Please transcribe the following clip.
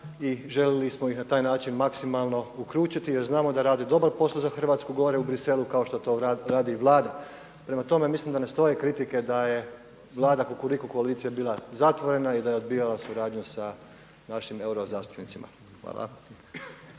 I željeli smo ih na taj način maksimalno uključiti jer znamo da rade dobar posao za Hrvatsku gore u Briselu, kao što to radi i Vlada. Prema tome, mislim da ne stoje kritike da je Vlada kukuriku koalicije bila zatvorena i da je odbijala suradnju sa našim euro zastupnicima. Hvala.